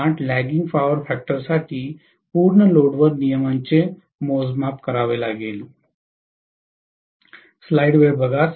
8 lagging power फॅक्टरसाठी पूर्ण लोडवर नियमन चे मोजमाप करा